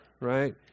right